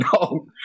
no